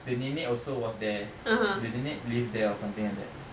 the nenek also was there the nenek lives there or something like that